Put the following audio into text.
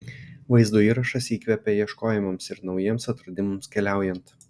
vaizdo įrašas įkvepia ieškojimams ir naujiems atradimams keliaujant